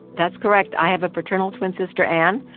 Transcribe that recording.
that's correct. i have a fraternal twin sister, anne.